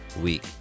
Week